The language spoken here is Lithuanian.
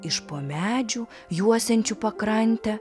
iš po medžių juosiančių pakrantę